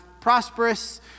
prosperous